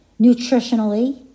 nutritionally